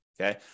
Okay